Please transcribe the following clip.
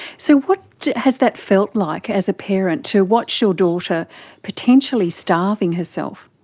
so what has that felt like as a parent, to watch your daughter potentially starving herself?